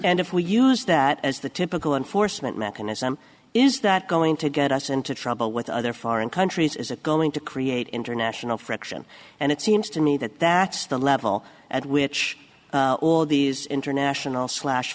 and if we use that as the typical enforcement mechanism is that going to get us into trouble with other foreign countries is it going to create international friction and it seems to me that that's the level at which all these international slash